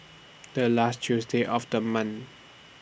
The last Tuesday of The month